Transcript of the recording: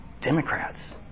Democrats